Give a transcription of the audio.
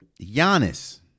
Giannis